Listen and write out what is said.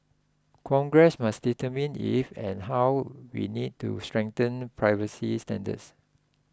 Congress must determine if and how we need to strengthen privacy standards